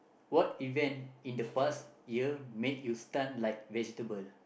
what event in the past year made you stun like vegetable